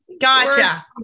Gotcha